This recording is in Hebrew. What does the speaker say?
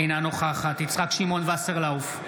אינה נוכחת יצחק שמעון וסרלאוף,